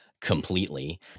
Completely